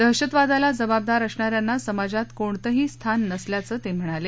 दहशतवादाला जबाबदार असणा यांना समाजात कोणतही स्थान नसल्याचं ते म्हणाले